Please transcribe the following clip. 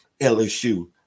LSU